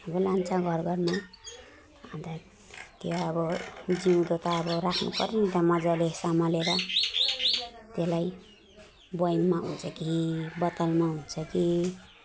लान्छ घर घरमा अन्त त्यहाँ अब जिउँदो त अब राख्नुपऱ्यो नि त मजाले सम्हालेर त्यलाई बयममा हुन्छ कि बोतलमा हुन्छ कि